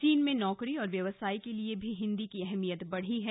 चीन में नौकरी और व्यवसाय के लिए भी हिंदी की अहमियत बढ़ी है